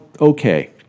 okay